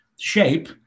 shape